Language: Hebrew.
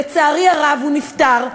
לצערי הרב הוא נפטר,